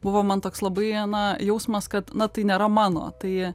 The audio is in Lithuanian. buvo man toks labai na jausmas kad na tai nėra mano tai